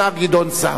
השר גדעון סער.